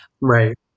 Right